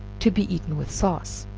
to be eaten with sauce.